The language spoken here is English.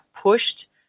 pushed